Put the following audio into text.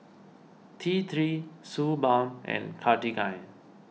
T three Suu Balm and Cartigain